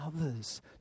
others